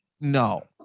no